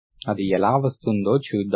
అది ఎలా వస్తుందో చూద్దాం